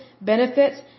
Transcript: benefits